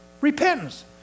Repentance